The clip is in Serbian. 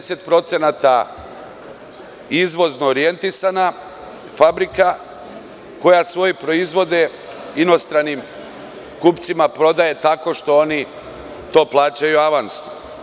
Osamdeset procenata su izvozno orijentisana fabrika i koja svoje proizvode inostranim kupcima prodaje tako što oni to plaćaju avansno.